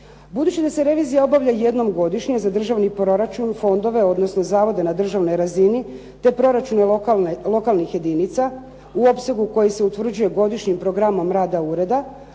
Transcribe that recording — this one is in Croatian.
Budući da se revizija obavlja jednom godišnje za državni proračun, fondove, odnosno zavode na državnoj razini, te proračune lokalnih jedinica u opsegu koji se utvrđuje godišnjim programom rada ureda,